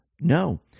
No